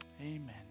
Amen